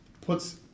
puts